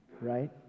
Right